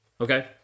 Okay